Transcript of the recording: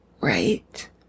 right